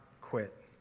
quit